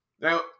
Now